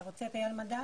אתה רוצה את אייל מדן?